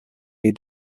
die